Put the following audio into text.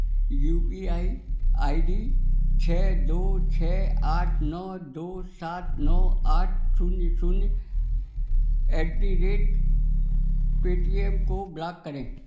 you P I I D छः दो छः आठ नौ दो सात नौ आठ शून्य शून्य एट द रेट पेटीएम को ब्लॉक करें